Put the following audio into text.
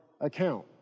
account